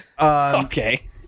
Okay